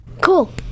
Cool